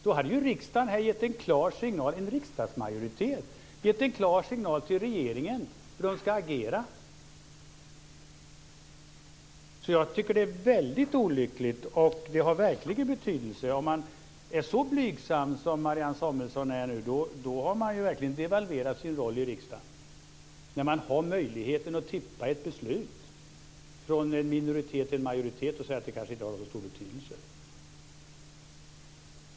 Då hade ju en riksdagsmajoritet gett en klar signal till regeringen hur de ska agera. Jag tycker att det är väldigt olyckligt. Det har verkligen betydelse. Om man är så blygsam som Marianne Samuelsson är nu har man verkligen devalverat sin roll i riksdagen. Ni hade ju möjligheten att tippa ett beslut från en minoritet till en majoritet, och ni säger att det kanske inte har så stor betydelse.